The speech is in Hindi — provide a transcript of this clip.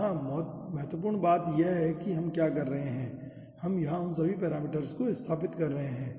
यहां महत्वपूर्ण बात यह है कि हम क्या कर रहे हैं हम यहां उन सभी पैरामीटर्स को स्थापित कर रहे हैं